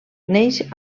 neix